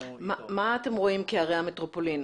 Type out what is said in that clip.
מה אתם רואים כערי המטרופולין?